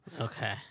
Okay